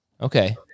Okay